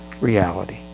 reality